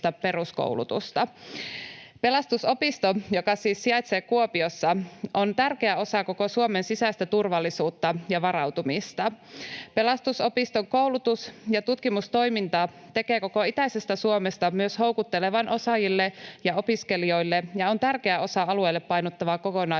Pelastusopisto, joka siis sijaitsee Kuopiossa, on tärkeä osa koko Suomen sisäistä turvallisuutta ja varautumista. Pelastusopiston koulutus‑ ja tutkimustoiminta tekee koko itäisestä Suomesta myös houkuttelevan osaajille ja opiskelijoille ja on tärkeä osa alueille painottavaa